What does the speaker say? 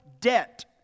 debt